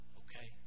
okay